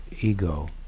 ego